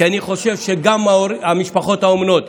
כי אני חושב שגם המשפחות האומנות,